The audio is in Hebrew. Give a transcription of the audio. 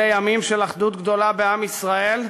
אלה ימים של אחדות גדולה בעם ישראל,